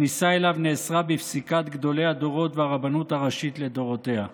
והכניסה אליו נאסרה בפסיקת גדולי הדורות והרבנות הראשית לדורותיה.